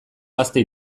gazte